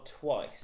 twice